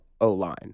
O-line